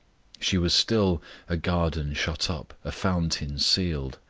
she was still a garden shut up, a fountain sealed,